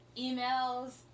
emails